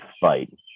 fight